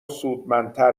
سودمندتر